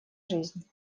жизнь